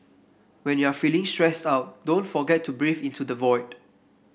when you are feeling stressed out don't forget to breathe into the void